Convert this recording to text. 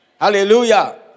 Hallelujah